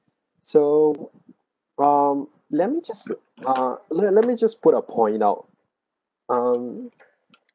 so um let me just ah let me let me just put a point out um